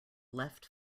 left